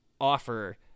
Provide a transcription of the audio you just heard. offer